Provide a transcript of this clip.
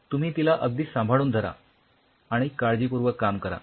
तुम्ही तिला अगदी सांभाळून धरा आणि काळजीपूर्वक काम करा